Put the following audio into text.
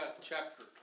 chapter